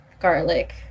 garlic